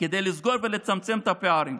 כדי לסגור ולצמצם את הפערים?